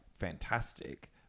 Fantastic